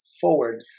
forward